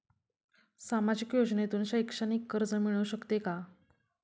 सामाजिक योजनेतून शैक्षणिक कर्ज मिळू शकते का?